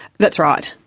that's right.